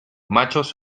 machos